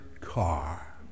car